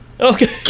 Okay